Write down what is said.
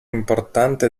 importante